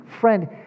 friend